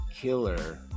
killer